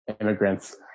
immigrants